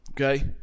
Okay